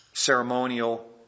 ceremonial